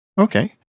Okay